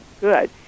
good